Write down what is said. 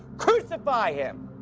crucify him!